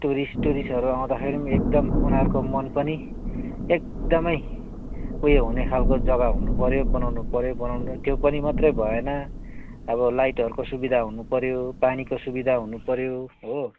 tourist टुरिस्टहरू आउँदाखेरि पनि एकदम उनीहरूको मन पनि एकदमै ऊ यो हुने खालको जग्गा हुनु पऱ्यो बनाउनु पऱ्यो बनाउनु त्यो पनि मात्रै भएन अब लाइटहरूको सुविधा हुनु पऱ्यो पानीको सुविधा हुनु पऱ्यो हो